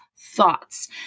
thoughts